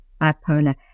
Bipolar